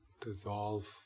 dissolve